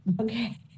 Okay